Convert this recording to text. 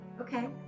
Okay